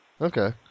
Okay